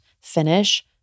finish